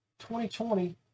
2020